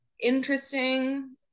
interesting